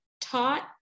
taught